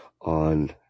on